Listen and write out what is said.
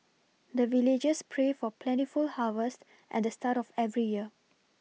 the villagers pray for plentiful harvest at the start of every year